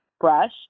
brush